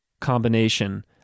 combination